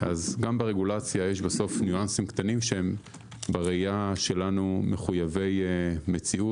אז גם ברגולציה יש בסוף ניואנסים קטנים שבראייה שלנו הם מחויבי מציאות.